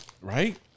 Right